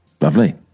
Lovely